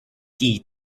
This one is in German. die